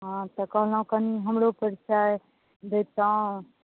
हॅं तऽ कहलहुॅं कनी हमरो पर ख्याल दैतहुॅं